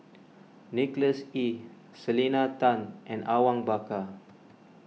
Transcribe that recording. Nicholas Ee Selena Tan and Awang Bakar